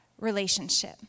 relationship